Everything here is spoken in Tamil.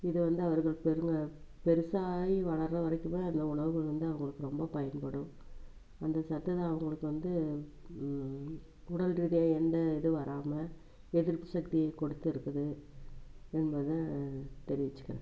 இதை வந்து அவர்கள் பெருக பெருசாகி வளர்கிற வரைக்குமே அந்த உணவுகள் வந்து அவங்களுக்கு ரொம்ப பயன்படும் அந்த சத்து தான் அவங்களுக்கு வந்து உடல் ரீதியாக எந்த இது வராமல் எதிர்ப்பு சக்தி கொடுத்து இருக்குது என்பதை தெரிவித்துக்குறேன்